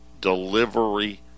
delivery